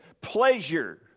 pleasure